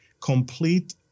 complete